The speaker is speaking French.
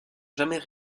jamais